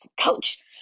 coach